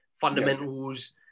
fundamentals